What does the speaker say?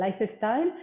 lifestyle